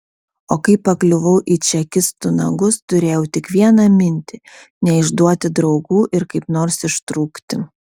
o kai pakliuvau į čekistų nagus turėjau tik vieną mintį neišduoti draugų ir kaip nors ištrūkti